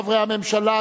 חברי הממשלה,